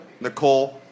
Nicole